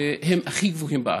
הם הכי גבוהים בארץ,